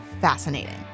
fascinating